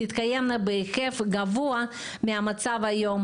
תתקיימנה בהיקף גבוהה מהמצב היום,